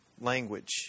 language